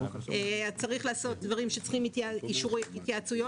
יש דברים שמצריכים התייעצויות,